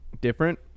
different